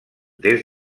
des